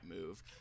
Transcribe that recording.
move